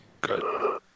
good